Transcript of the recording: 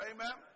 Amen